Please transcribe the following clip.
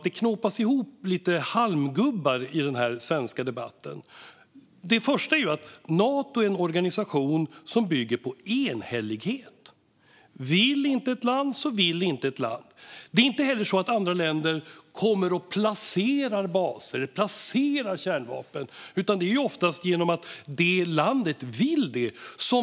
Det knåpas ihop lite halmgubbar i den svenska debatten. Det första är att Nato är en organisation som bygger på enhällighet: vill inte ett land, så vill inte ett land. Det är inte heller så att andra länder inrättar baser och placerar ut kärnvapen, utan det sker oftast genom att ett land vill.